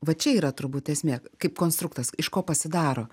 va čia yra turbūt esmė kaip konstruktas iš ko pasidaro